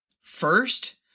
First